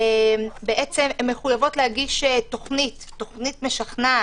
בעצם הן מחויבות להגיש תוכנית משכנעת,